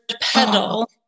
pedal-